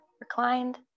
reclined